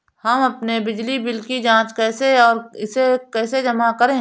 हम अपने बिजली बिल की जाँच कैसे और इसे कैसे जमा करें?